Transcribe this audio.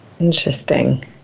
interesting